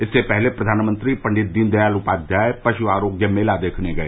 इससे पहले प्रधानमंत्री पंडित दीन दयाल उपाय्याय पर्रु आरोग्य मेला देखने गए